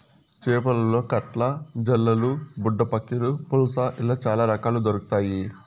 చేపలలో కట్ల, జల్లలు, బుడ్డపక్కిలు, పులస ఇలా చాల రకాలు దొరకుతాయి